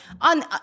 on